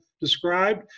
described